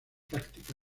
práctica